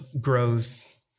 grows